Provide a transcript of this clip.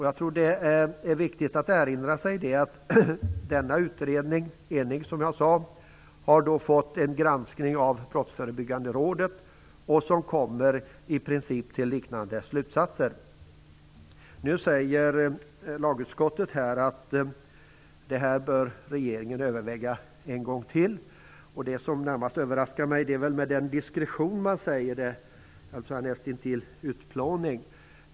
Jag tror att det är viktigt att erinra sig att denna utredning, enig som jag sade, har granskats av Brottsförebyggande rådet, som i princip kommit till liknande slutsatser. Nu säger lagutskottet att regeringen bör överväga detta en gång till. Det som närmast överraskar mig är den diskretion man säger det med - näst intill utplåning.